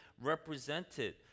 represented